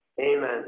Amen